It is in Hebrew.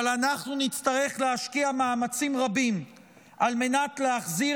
אבל אנחנו נצטרך להשקיע מאמצים רבים על מנת להחזיר